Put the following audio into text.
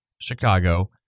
Chicago